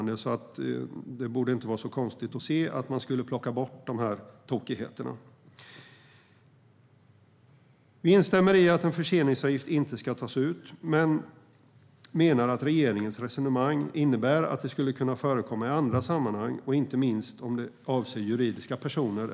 Det borde inte vara svårt att se att man borde plocka bort de här tokigheterna. Vi instämmer i att en förseningsavgift inte ska tas ut men menar att regeringens resonemang innebär att det skulle kunna förekomma i andra sammanhang, inte minst om det avser juridiska personer.